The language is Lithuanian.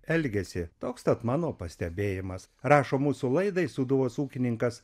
elgiasi toks tad mano pastebėjimas rašo mūsų laidai sūduvos ūkininkas